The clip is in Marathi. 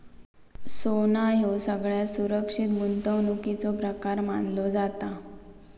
सोना ह्यो सगळ्यात सुरक्षित गुंतवणुकीचो प्रकार मानलो जाता